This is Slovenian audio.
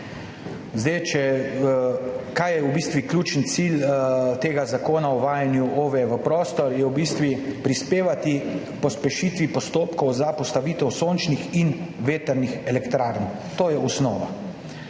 ciljev. Kaj je v bistvu ključen cilj tega zakona o uvajanju OVE v prostor? Cilj je v bistvu prispevati k pospešitvi postopkov za postavitev sončnih in vetrnih elektrarn. To je osnova.